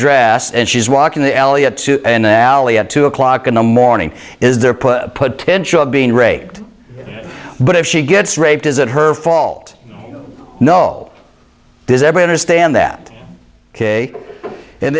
dress and she's walking the elliot in the alley at two o'clock in the morning is there potential of being raped but if she gets raped is it her fault no does every understand that ok